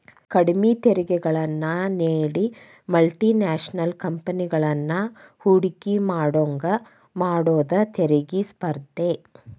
ಕಡ್ಮಿ ತೆರಿಗೆಗಳನ್ನ ನೇಡಿ ಮಲ್ಟಿ ನ್ಯಾಷನಲ್ ಕಂಪೆನಿಗಳನ್ನ ಹೂಡಕಿ ಮಾಡೋಂಗ ಮಾಡುದ ತೆರಿಗಿ ಸ್ಪರ್ಧೆ